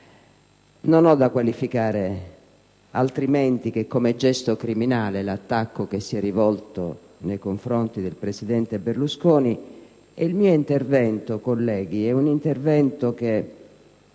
Non ho da qualificare altrimenti che come gesto criminale l'attacco rivolto nei confronti del presidente Berlusconi e il mio intervento, colleghi, piuttosto che